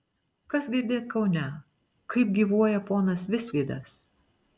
kas girdėt kaune kaip gyvuoja ponas visvydas